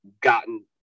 gotten